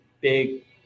big